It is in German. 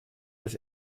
des